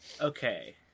Okay